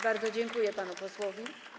Bardzo dziękuję panu posłowi.